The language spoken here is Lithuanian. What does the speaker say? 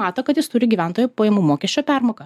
mato kad jis turi gyventojų pajamų mokesčio permoką